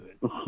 good